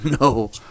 No